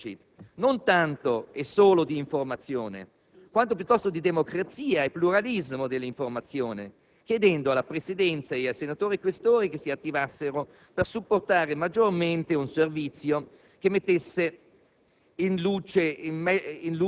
in cui si faceva presente questo *deficit*, non solo e non tanto di informazione, quanto piuttosto di democrazia e pluralismo dell'informazione, chiedendo alla Presidenza e ai senatori Questori che si attivassero per supportare maggiormente un servizio che mettesse